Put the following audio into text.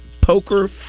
Poker